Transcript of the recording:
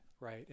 right